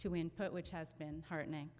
to input which has been heartening